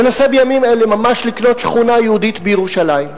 מנסה בימים אלה ממש לקנות שכונה יהודית בירושלים,